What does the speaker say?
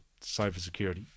cybersecurity